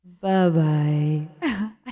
bye-bye